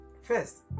first